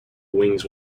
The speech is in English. wings